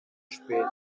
spät